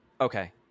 okay